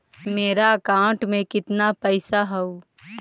मेरा अकाउंटस में कितना पैसा हउ?